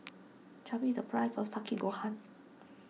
tell me the price of Takikomi Gohan